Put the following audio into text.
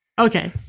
okay